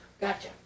Gotcha